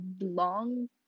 long